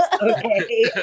okay